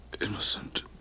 innocent